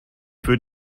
für